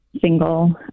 single